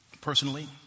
Personally